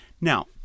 Now